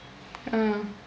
ah